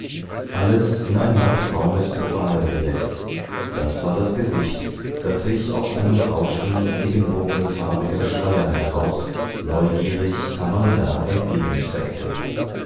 alles in ein mattbraunes oval gesetzt das war das gesicht das sich aus einem haufen regenbogenfarbiger schleier heraus neugierig amanda entgegenstreckte